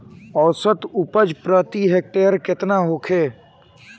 औसत उपज प्रति हेक्टेयर केतना होखे?